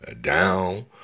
down